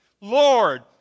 Lord